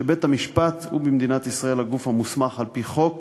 שבית-המשפט הוא במדינת ישראל הגוף המוסמך על-פי חוק